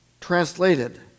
translated